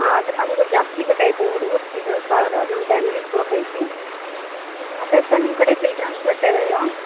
ಹಾಂ ಆದರೆ ನಮ್ಗೆ ಜಾಸ್ತಿ ಬೇಕಾಗಿತ್ತು ಹುಡುಗರು ಚಿಲ್ಡ್ರನ್ಸ್ ಭಾಳ ಅದಾರ ನಮ್ಮ ಫ್ಯಾಮ್ಲಿ ದೊಡ್ದೈತಿ ಅದಕ್ಕೆ ನಿಮ್ಮ ಕಡೆ ಚಿಲ್ಡ್ರನ್ಸ್ ಬಟ್ಟೆ ಇದೆಯೋ